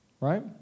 Right